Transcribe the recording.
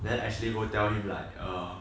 then actually go tell him like err